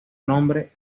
nombre